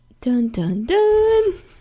Dun-dun-dun